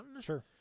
Sure